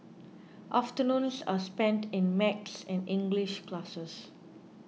afternoons are spent in maths and English classes